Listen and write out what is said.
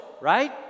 right